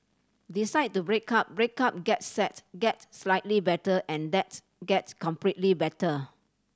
decide to break up break up get sad get slightly better and that's gets completely better